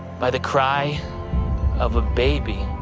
by the cry of a baby.